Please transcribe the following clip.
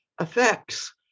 effects